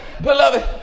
beloved